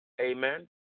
Amen